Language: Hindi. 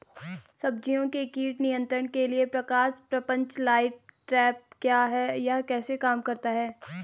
सब्जियों के कीट नियंत्रण के लिए प्रकाश प्रपंच लाइट ट्रैप क्या है यह कैसे काम करता है?